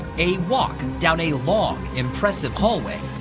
a walk down a long, impressive hallway